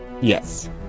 Yes